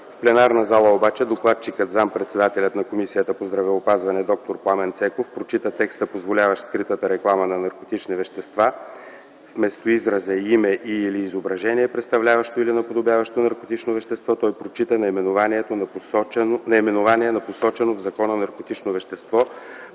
В пленарната зала обаче докладчикът – заместник-председателят на Комисията по здравеопазване д-р Пламен Цеков, прочита текста, позволяващ скритата реклама на наркотични вещества – вместо израза „име и/или изображение, представляващо или наподобяващо наркотично вещество”, той прочита „наименование на посочено в закона наркотично вещество”